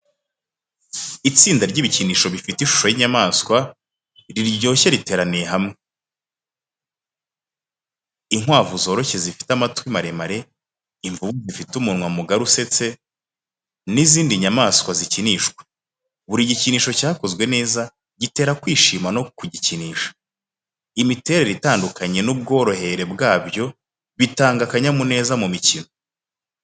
Itsinda ry’ibikinisho bifite ishusho y’inyamaswa, riryoshye riteraniye hamwe: inkwavu zoroshye zifite amatwi maremare, imvubu zifite umunwa mugari usetse, n’izindi nyamaswa zikinishwa. Buri gikinisho cyakozwe neza, gitera kwishima no gukinishwa. Imiterere itandukanye n’ubworohere bwabyo bitanga akanyamuneza mu mikino.